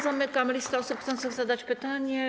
Zamykam listę osób chcących zadać pytanie.